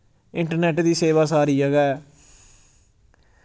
internet दी सेवा सारी जगह ऐ